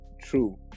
true